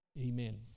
amen